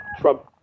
Trump